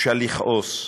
אפשר לכעוס,